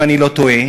אם אני לא טועה.